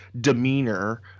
demeanor